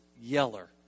yeller